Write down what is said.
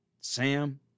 Sam